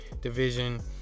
division